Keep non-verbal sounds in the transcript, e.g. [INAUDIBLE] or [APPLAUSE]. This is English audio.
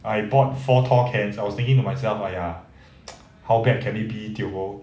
I bought four tall cans I was thinking to myself !aiya! [NOISE] how bad can it be tio bo